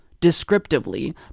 descriptively